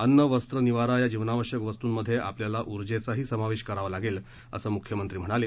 अन्न वस्त्र निवारा या जीवनावश्यक वस्तूंमध्ये आपल्याला उर्जेचाही समावेश करावा लागेल असं मुख्यमंत्री म्हणाले